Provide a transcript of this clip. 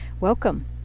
Welcome